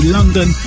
London